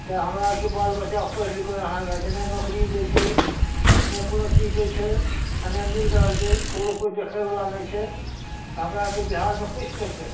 तऽ हमरा आरके बाल बच्चा पैढ़ लिख कऽ ओ हाल होइ छै नहि नौकरी दै छै नहि कोनो चीज दै छै आ नहि मिल रहल छै ककरो कोइ देखैबाला नहि छै तऽ हमरा आरके बिहारमे किछु नहि छै